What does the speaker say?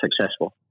successful